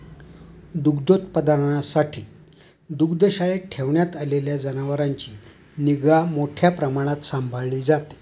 दुग्धोत्पादनासाठी दुग्धशाळेत ठेवण्यात आलेल्या जनावरांची निगा मोठ्या प्रमाणावर सांभाळली जाते